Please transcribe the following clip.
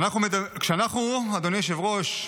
אדוני היושב-ראש,